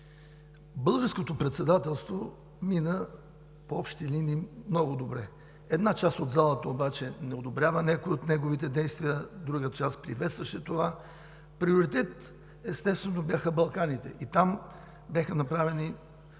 Българското председателство мина, в общи линии, много добре. Една част от залата обаче не одобрява някои от неговите действия, друга част приветстваше това. Приоритет, естествено, бяха Балканите, и там беше